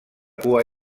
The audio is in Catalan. cua